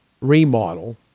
remodel